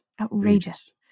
outrageous